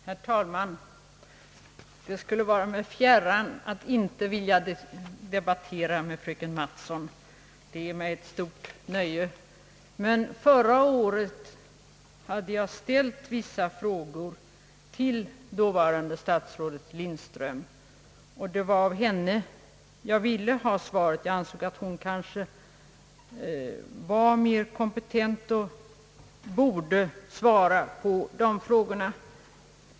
Herr talman! Det skulle vara mig fjärran att inte vilja debattera med fröken Mattson. Det är mig ett stort nöje. Men förra året hade jag ställt vissa frågor till dåvarande statsrådet Lindström, och det var av henne jag ville ha svaret. Jag ansåg att hon som statsråd kanske var mera kompetent och borde svara på de frågorna.